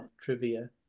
trivia